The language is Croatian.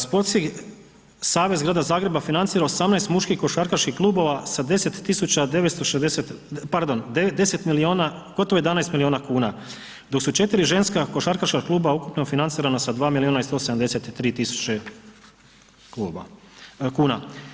Sportski savez Grada Zagreba financira 18 muških košarkaških klubova sa 10 milijuna, gotovo 11 milijuna kuna, dok su 4 ženska košarkaška kluba ukupno financirana sa 2 milijuna i 183 tisuće kuna.